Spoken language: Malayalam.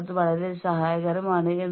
അത് ഒരുപാട് പ്രശ്നങ്ങൾക്ക് കാരണമാകാം